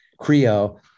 Creo